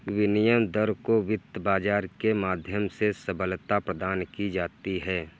विनिमय दर को वित्त बाजार के माध्यम से सबलता प्रदान की जाती है